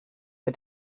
für